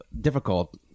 difficult